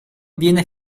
viene